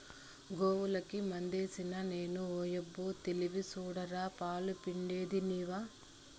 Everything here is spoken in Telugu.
గోవులకి మందేసిది నేను ఓయబ్బో తెలివి సూడరా పాలు పిండేది నీవా